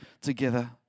together